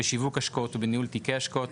בשיווק השקעות ובניהול תקי השקעות,